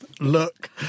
look